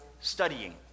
studying